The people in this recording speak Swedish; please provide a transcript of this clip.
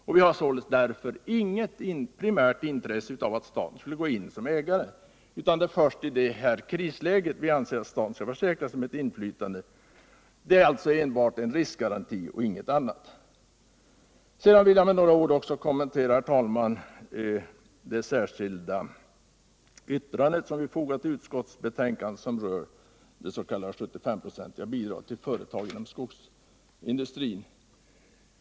Vi har således inget primärt intresse av att staten skall gå in som ägare, utan det är först i ett krisläge vi anser att staten skall försäkra sig om ett inflytande. Det är alltså enbart en riskgaranti och ingenting annat det är fråga om. Sedan vill jag, herr talman, något kommentera det särskilda yttrande vi fogat till utskottsbetänkandet och som rör frågan om användning av s.k. 75 procentsbidraget till företag inom skogsindustrin.